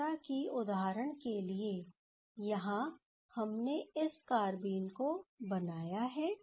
जैसा कि उदाहरण के लिए यहाँ हमने इस कारबीन को बनाया है